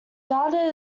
data